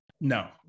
No